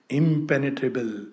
impenetrable